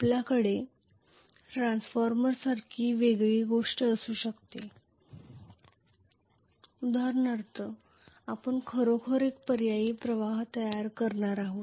आपल्याकडे ट्रान्सफॉर्मरसारखी वेगळी गोष्ट असू शकते उदाहरणार्थ आपण खरोखर एक पर्यायी प्रवाह तयार करणार आहोत